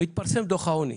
התפרסם דוח העוני.